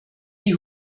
die